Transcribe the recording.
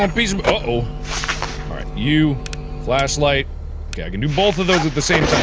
um piece oh all right you flashlight okay i can do both of those at the same